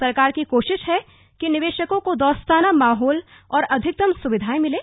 सरकार की कोशिश है कि निवेशकों को दोस्ताना माहौल और अधिकतम सुविधाए मिलें